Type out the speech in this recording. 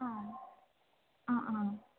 आम् हा हा